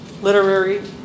literary